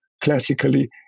classically